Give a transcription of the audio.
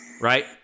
right